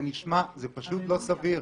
זה פשוט לא סביר.